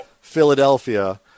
Philadelphia